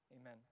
Amen